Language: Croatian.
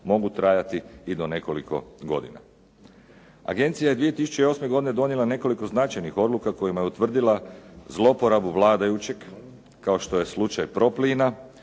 mogu trajati i do nekoliko godina. Agencija je 2008. godine donijela nekoliko značajnih odluka kojima je utvrdila zlouporabu vladajućeg kao što je slučaj PROplina